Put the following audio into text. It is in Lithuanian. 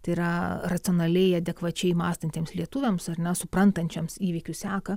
tai yra racionaliai adekvačiai mąstantiems lietuviams ar nesuprantančioms įvykių seką